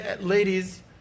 ladies